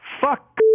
fuck